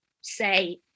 say